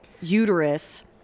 uterus